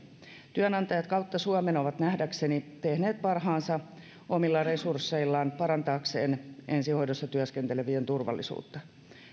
työnantajat kautta suomen ovat nähdäkseni tehneet parhaansa omilla resursseillaan parantaakseen ensihoidossa työskentelevien turvallisuutta